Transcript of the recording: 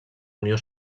unió